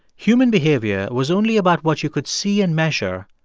human behavior was only about what you could see and measure,